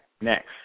next